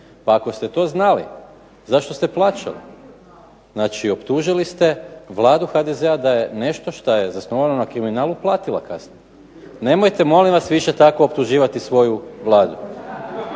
Pa ako ste to znali zašto ste plaćali? Znači, optužili ste Vladu HDZ-a da je nešto što je zasnovano na kriminalu platila kasnije. Nemojte molim vas više tako optuživati svoju Vladu.